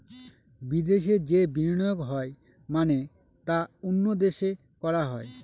বিদেশে যে বিনিয়োগ হয় মানে তা অন্য দেশে করা হয়